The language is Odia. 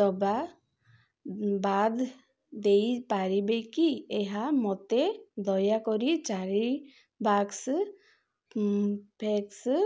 ଡବା ବାଦ୍ ଦେଇପାରିବେ କି ଏହା ସମେତ ଦୟାକରି ଚାରି ବାକ୍ସ ଫେବକ୍ସ